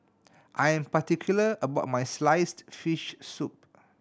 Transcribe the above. I'm particular about my sliced fish soup